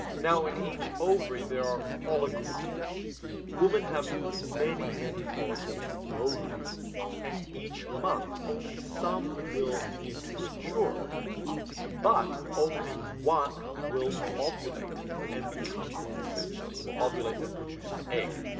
now in each ovary there are follicles women have many many follicles in the ovaries and each month only some will begin to mature but only one will ovulate and become essentially will ovulate and produce an egg